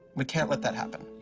we can't let that happen.